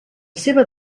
seva